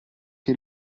che